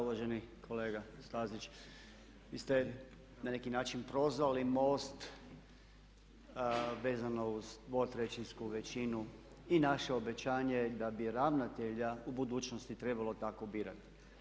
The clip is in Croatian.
Uvaženi kolega Stazić, vi ste na neki način prozvali MOST vezano uz dvotrećinsku većinu i naše obećanje je da bi ravnatelja u budućnosti trebalo tako birati.